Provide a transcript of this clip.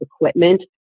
equipment